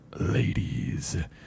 ladies